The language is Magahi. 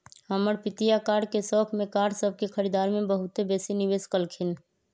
हमर पितिया कार के शौख में कार सभ के खरीदारी में बहुते बेशी निवेश कलखिंन्ह